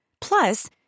Plus